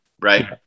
right